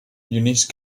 eunice